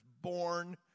born